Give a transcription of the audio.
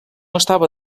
estava